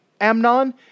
Amnon